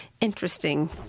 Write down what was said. interesting